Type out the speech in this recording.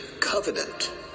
covenant